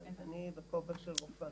בכובע של רופאה.